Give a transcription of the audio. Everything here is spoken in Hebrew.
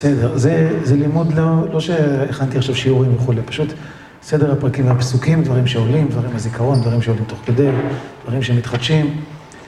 בסדר, זה לימוד, לא שהכנתי עכשיו שיעורים וכולי, פשוט סדר הפרקים והפסוקים, דברים שעולים, דברים מהזיכרון, דברים שעולים תוך כדי, דברים שמתחדשים